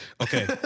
Okay